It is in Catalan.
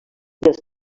els